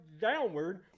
downward